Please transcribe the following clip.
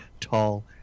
tall